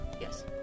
yes